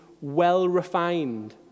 well-refined